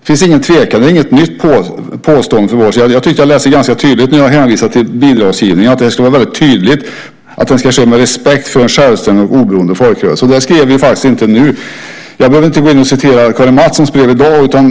Det finns ingen tvekan. Det är inget nytt påstående från vår sida. Jag tyckte att jag läste ganska tydligt när jag hänvisade till bidragsgivningen och att denna ska ske med respekt för en självständig och oberoende folkrörelse. Detta skrev vi faktiskt inte nu. Jag behöver inte citera Karin Mattssons brev i dag.